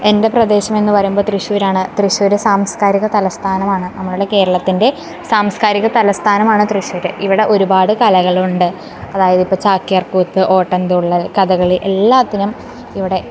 എൻ്റെ പ്രദേശമെന്നു പറയുമ്പോൾ തൃശ്ശൂരാണ് തൃശ്ശൂര് സാംസ്കാരിക തലസ്ഥാനമാണ് നമ്മുടെ കേരളത്തിൻ്റെ സാംസ്കാരിക തലസ്ഥാനമാണ് തൃശ്ശൂര് ഇവിടെ ഒരുപാട് കലകളുണ്ട് അതായത് ഇപ്പം ചാക്യാർകൂത്ത് ഓട്ടം തുള്ളൽ കഥകളി എല്ലാത്തിനും ഇവിടെ